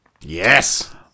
Yes